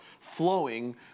flowing